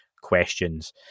questions